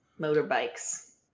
motorbikes